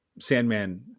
Sandman